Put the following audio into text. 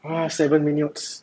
ah seven minutes